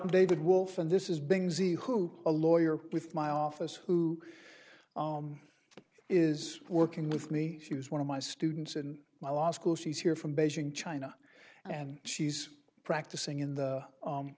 place david wolf and this is being z who a lawyer with my office who is working with me she was one of my students in my law school she's here from beijing china and she's practicing in the